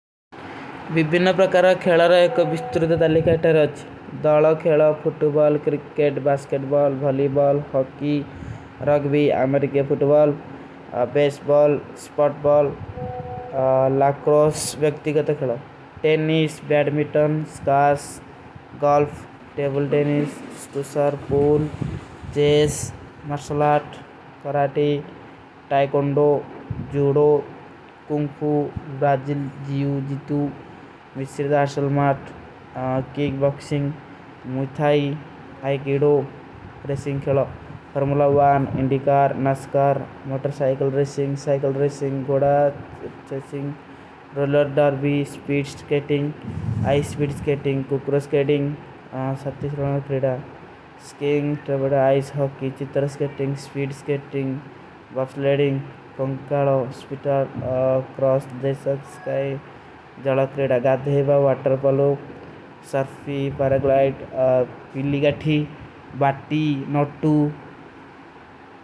ଵିବିନା ପ୍ରକାରା ଖେଲାର ଏକ ଵିଷ୍ଟ୍ର ଦେଧାଲୀ କୈତେ ହୈଂ ଅଚ୍ଛୀ। ଦାଲା ଖେଲା, football, cricket, basketball, volleyball, hockey, rugby, American football, baseball, softball. Lacrosse, ଵ୍ଯକ୍ତି କୈତେ ଖେଲା। Tennis, badminton, squash, golf, table tennis, snooker, pool, chess, martial arts, karate. Taekwondo, judo, kung fu, Brazilian, jiu, jitsu, ମିଶ୍ରିଦାଶଲମାଥ, kickboxing, muay thai, aikido, racing ଖେଲା। Formula one, IndyCar, NASCAR, motor cycle racing, cycle racing, ଗୋଡା, chasing, roller derby, speed skating. Ice speed skating, କୁକ୍ରୋ skating, ସତ୍ତି ସ୍ରୁନ ଖେଲା। Skating, table ice, hockey, ଚିତର skating, speed speed skating. Speed skating, speed skating, speed skating, speed skating, speed skating, speed skating. Speed skating, speed skating, speed skating, speed skating, speed skating, ସ୍ପୀ।